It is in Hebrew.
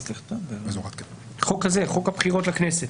חוק הבחירות לכנסת.